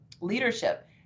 leadership